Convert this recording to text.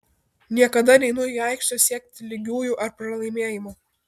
niekada neinu į aikštę siekti lygiųjų ar pralaimėjimo